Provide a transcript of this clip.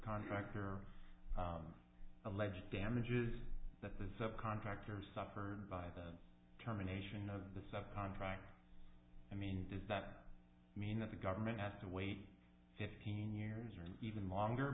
contractor alleged damages that the sept contractor suffered by the term a nation of the sub contractor i mean does that mean that the government has to wait fifteen years or even longer